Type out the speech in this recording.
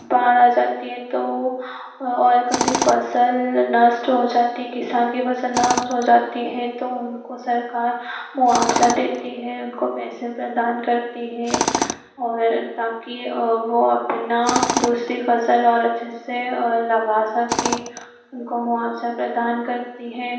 बाढ़ आ जाती है तो और कभी फसल नष्ट हो जाती है किसान की फसल नष्ट हो जाती है तो उनको सरकार मुआवज़ा देती है उनको पैसे प्रदान करती है और ताकि वो अपना दूसरी फसल और अच्छे से लगा सके उनको मुआवज़ा प्रदान करती है